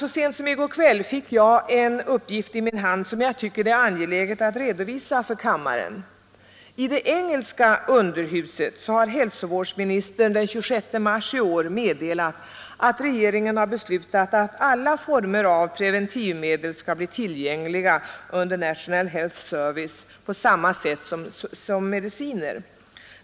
Så sent som i går kväll fick jag en uppgift i min hand som jag tycker att det är angeläget att redovisa för kammaren. I det engelska underhuset har hälsovårdsministern den 21 mars i år meddelat att regeringen beslutat att alla former av preventivmedel skall bli tillgängliga under National Health Service på samma sätt som mediciner.